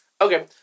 Okay